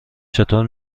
چطور